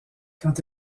quand